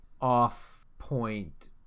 off-point